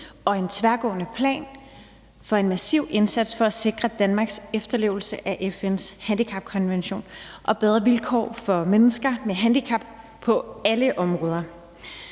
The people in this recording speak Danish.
og en tværgående plan for en massiv indsats for at sikre Danmarks efterlevelse af FN's handicapkonvention og bedre vilkår for mennesker med handicap på alle områder.